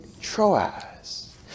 Troas